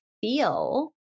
feel